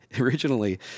originally